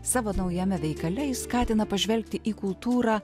savo naujame veikale jis skatina pažvelgti į kultūrą